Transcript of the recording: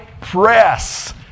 press